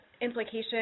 implication